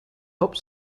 hope